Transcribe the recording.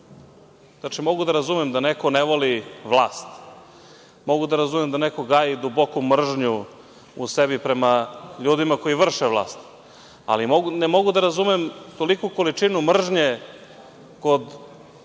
Mogu da razumem da neko ne voli vlast, mogu da razumem da neko gaji duboku mržnju u sebi prema ljudima koji vrše vlast, ali ne mogu da razumem toliku količinu mržnje kod